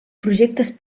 projectes